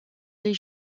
les